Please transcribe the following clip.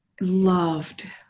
loved